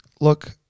Look